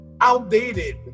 outdated